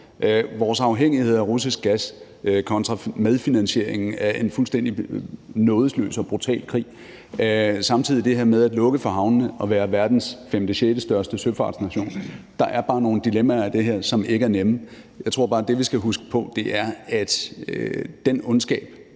vores afhængighed af russisk gas kontra medfinansieringen af en fuldstændig nådesløs og brutal krig. Samtidig er der det med at lukke for havnene over for at være verdens femte- eller sjettestørste søfartsnation. Der er bare nogle dilemmaer i det her, som ikke er nemme. Jeg tror bare, at det, vi skal huske på, er, at den ondskab,